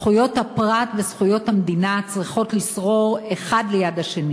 זכויות הפרט וזכויות המדינה צריכות לשרור אלה ליד אלה.